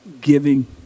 giving